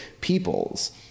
peoples